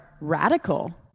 radical